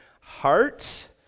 heart